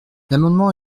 l’amendement